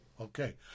Okay